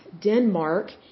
Denmark